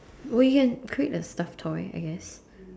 we can create a stuff toy I guess